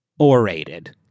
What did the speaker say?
orated